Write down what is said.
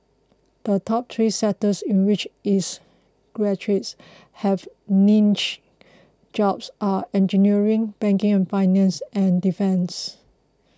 the top three sectors in which its graduates have clinched jobs are engineering banking and finance and defence